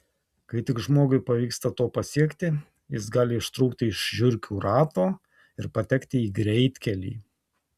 kai tik žmogui pavyksta to pasiekti jis gali ištrūkti iš žiurkių rato ir patekti į greitkelį